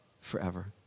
forever